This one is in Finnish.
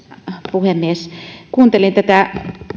puhemies kuuntelin tätä